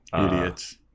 Idiots